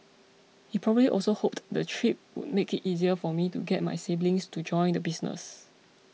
he probably also hoped the trip would make it easier for me to get my siblings to join the business